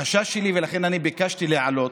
החשש שלי, ולכן אני ביקשתי לעלות,